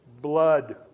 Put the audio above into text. blood